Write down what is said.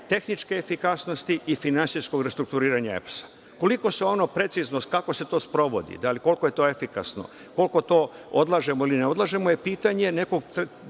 tehničke efikasnosti i finansijskog restrukturiranja EPS-a. Kako se to sprovodi, koliko je to efikasno, koliko to odlažemo ili ne odlažemo je pitanje nekog,